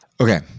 Okay